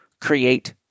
create